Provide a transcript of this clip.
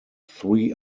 three